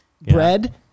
bread